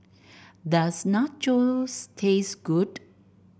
does Nachos taste good